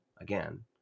again